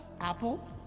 Apple